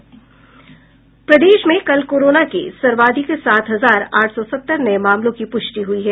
प्रदेश में कल कोरोना के सर्वाधिक सात हजार आठ सौ सत्तर नये मामलों की पुष्टि हुई है